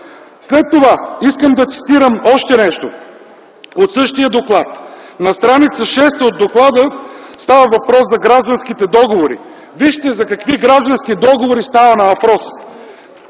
След това искам да цитирам още нещо от същия доклад. На стр. 6 от доклада става въпрос за гражданските договори. Вижте за какви граждански договори става въпрос.